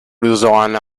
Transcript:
designer